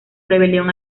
rebelión